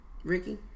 Ricky